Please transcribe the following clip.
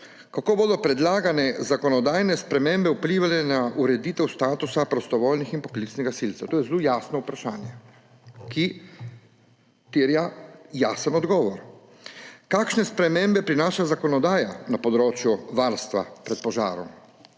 »Kako bodo predlagane zakonodajne spremembe vplivale na ureditev statusa prostovoljnih in poklicnih gasilcev?« To je zelo jasno vprašanje, ki terja jasen odgovor. »Kakšne spremembe prinaša zakonodaja na področju varstva pred požarom?«